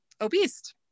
obese